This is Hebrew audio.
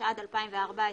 התשע"ד 2014,